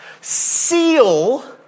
seal